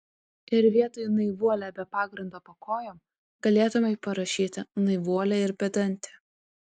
ir vietoj naivuolė be pagrindo po kojom galėtumei parašyti naivuolė ir bedantė